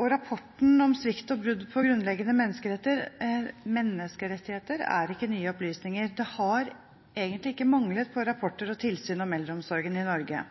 og rapporten om svikt og brudd på grunnleggende menneskerettigheter er ikke nye opplysninger. Det har egentlig ikke manglet på rapporter og tilsyn om eldreomsorgen i Norge.